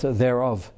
thereof